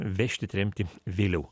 vežt į tremtį vėliau